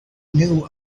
knew